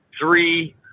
three